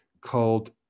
called